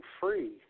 free